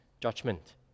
judgment